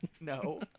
No